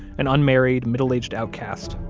an unmarried, middle aged outcast,